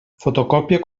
fotocòpia